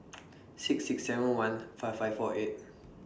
six six seven one five five four eight